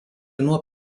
nuo